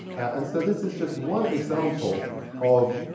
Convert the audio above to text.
and so this is just one example of,